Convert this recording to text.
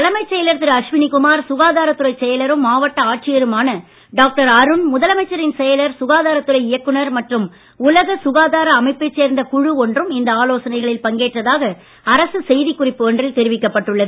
தலைமைச் செயலர் திரு அஸ்வினி குமார் சுகாதாரத் துறைச் செயலரும் மாவட்ட ஆட்சியருமான டாக்டர் டி அருண் முதலமைச்சரின் செயலர் சுகாதாரத் துறை இயக்குனர் மற்றும் உலக சுகாதார அமைப்பைச் சேர்ந்த குழு ஒன்றும் இந்த ஆலோசனைகளில் பங்கேற்றதாக அரசு செய்திக் குறிப்பு ஒன்றில் தெரிவிக்கப்பட்டுள்ளது